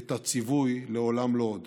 את הציווי: לעולם לא עוד.